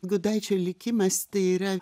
gudaičio likimas tai yra